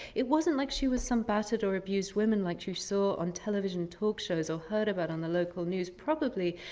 it wasn't like she was some battered or abused woman, like she saw on television talk shows or heard about on the local news. probably,